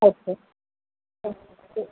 okay okay